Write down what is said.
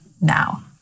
now